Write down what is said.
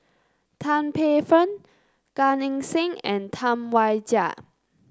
Tan Paey Fern Gan Eng Seng and Tam Wai Jia